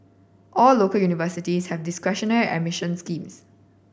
all local universities have discretionary admission schemes